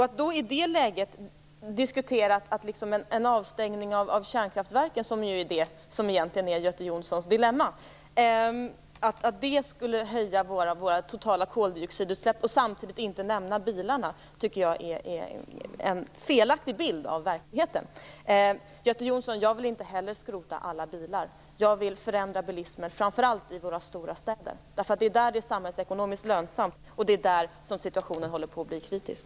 Att i det läget diskutera att en avstängning av kärnkraftverk, som ju är Göte Jonssons dilemma, skulle höja våra totala koldioxidutsläpp och samtidigt inte nämna bilarna tycker jag ger en felaktig bild av verkligheten. Göte Jonsson! Jag vill inte heller skrota alla bilar. Jag vill förändra bilismen, framför allt i våra stora städer, därför att det är där det är samhällsekonomiskt lönsamt och det är där som situationen håller på att bli kritisk.